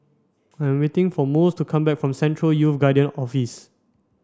I'm waiting for Mose to come back from Central Youth Guidance Office